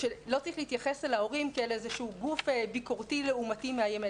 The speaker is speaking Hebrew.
צריך להתייחס להורים כאל גוף ביקורתי לעומתי מאיים,